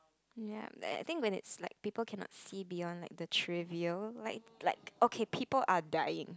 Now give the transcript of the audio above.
ya I think when it's like people cannot see beyond like the trivial like like okay people are dying